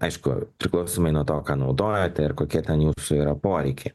aišku priklausomai nuo to ką naudojate ir kokie ten yra poreikiai